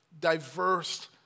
diverse